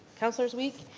counselor's week,